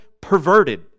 perverted